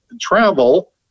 travel